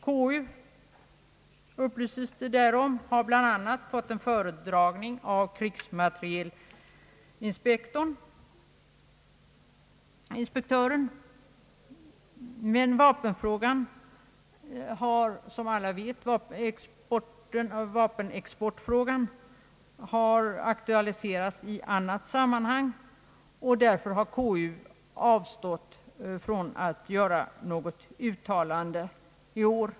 Där upplyses om att konstitutionsutskottet bl.a. fått en föredragning av krigsmaterielinspektören. Vapenexportfrågan har emellertid, som alla vet, aktualiserats i annat sammanhang, och konstitutionsutskottet har därför avstått från att i år göra något uttalande.